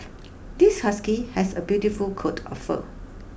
this husky has a beautiful coat of fur